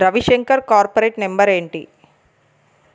Ravishankar corporate number ఏంటి